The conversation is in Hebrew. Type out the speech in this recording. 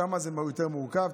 שם זה יותר מורכב,